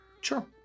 sure